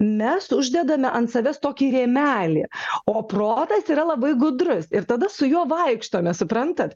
mes uždedame ant savęs tokį rėmelį o protas yra labai gudrus ir tada su juo vaikštome suprantat